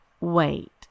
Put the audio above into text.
Wait